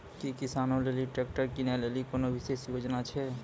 कि किसानो लेली ट्रैक्टर किनै लेली कोनो विशेष योजना छै?